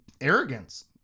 arrogance